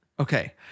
Okay